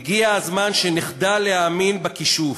"הגיע הזמן שנחדל להאמין בכישוף.